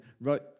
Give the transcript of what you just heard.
wrote